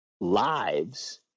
lives